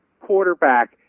quarterback